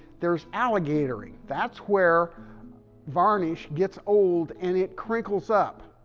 there's alligatoring. that's where varnish gets old and it crinkles up.